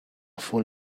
fool